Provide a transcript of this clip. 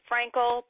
Frankel